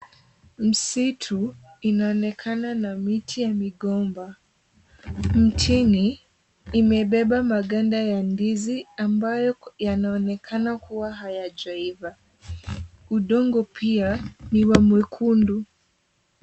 Msitu inaonekana na miti ya migomba. Mtini imebeba mgomba wa ndizi ambayo yanaonekana kuwa haijaiva. Udongo unaonekana ni wa mwekundu.